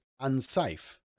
unsafe